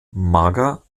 mager